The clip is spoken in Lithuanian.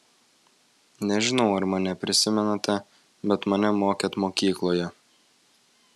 nežinau ar mane prisimenate bet mane mokėt mokykloje